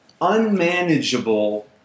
unmanageable